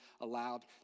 allowed